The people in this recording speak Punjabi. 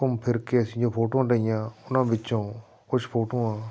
ਘੁੰਮ ਫਿਰ ਕੇ ਅਸੀਂ ਉਹ ਫੋਟੋ ਲਈਆਂ ਉਹਨਾਂ ਵਿੱਚੋਂ ਕੁਛ ਫੋਟੋਆਂ